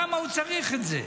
למה הוא צריך את זה?